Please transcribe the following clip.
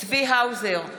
צבי האוזר,